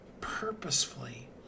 purposefully